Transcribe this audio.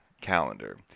calendar